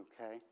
okay